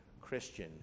Christian